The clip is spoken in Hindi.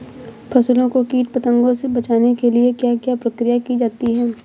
फसलों को कीट पतंगों से बचाने के लिए क्या क्या प्रकिर्या की जाती है?